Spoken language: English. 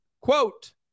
quote